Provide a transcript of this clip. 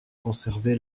conservé